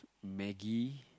maggi